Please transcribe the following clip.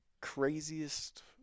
craziest